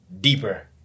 deeper